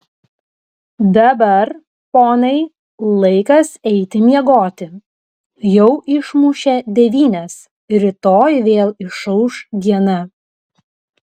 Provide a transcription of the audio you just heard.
dabar ponai laikas eiti miegoti jau išmušė devynias rytoj vėl išauš diena